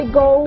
go